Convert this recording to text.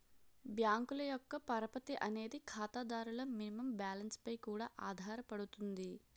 బ్యాంకుల యొక్క పరపతి అనేది ఖాతాదారుల మినిమం బ్యాలెన్స్ పై కూడా ఆధారపడుతుంది